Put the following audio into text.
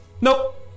Nope